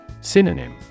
Synonym